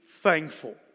thankful